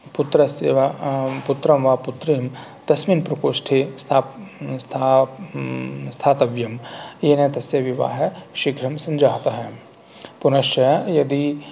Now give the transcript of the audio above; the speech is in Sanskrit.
पुत्रस्य वा पुत्रं वा पुत्रीं तस्मिन् प्रकोष्ठे स्था स्था स्थातव्यं येन तस्य विवाहः शीघ्रं सञ्जातः पुनश्च यदि